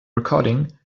recording